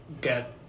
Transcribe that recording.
get